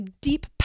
deep